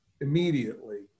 immediately